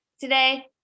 today